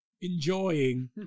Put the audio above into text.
enjoying